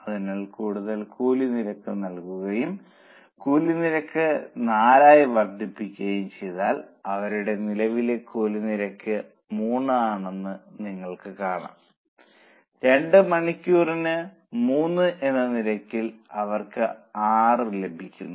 അതിനാൽ കൂടുതൽ കൂലി നിരക്ക് നൽകുകയും കൂലി നിരക്ക് 4 ആയി വർദ്ധിപ്പിക്കുകയും ചെയ്താൽ അവരുടെ നിലവിലെ കൂലി നിരക്ക് 3 ആണെന്ന് നിങ്ങൾക്ക് കാണാം 2 മണിക്കൂറിന് 3 എന്ന നിരക്കിൽ അവർക്ക് 6 ലഭിക്കുന്നു